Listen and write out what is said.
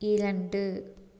இரண்டு